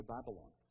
Babylon